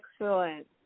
excellent